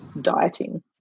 dieting